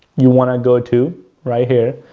you want to go to right here.